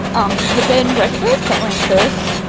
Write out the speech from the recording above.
um the bed-and-breakfast, that went first.